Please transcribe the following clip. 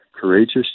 courageous